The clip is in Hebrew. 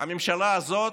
הממשלה הזאת,